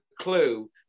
clue